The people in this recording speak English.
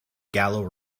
gallo